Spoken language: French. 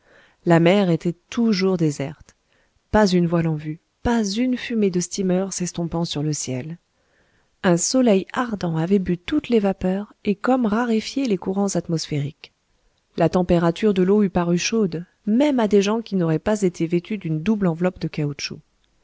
la mer était toujours déserte pas une voile en vue pas une fumée de steamer s'estompant sur le ciel un soleil ardent avait bu toutes les vapeurs et comme raréfié les courants atmosphériques la température de l'eau eût paru chaude même à des gens qui n'auraient pas été vêtus d'une double enveloppe de caoutchouc